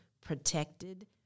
protected